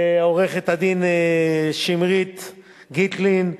לעורכת-דין שמרית גיטלין,